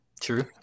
True